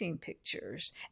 pictures